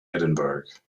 edinburgh